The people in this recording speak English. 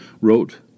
wrote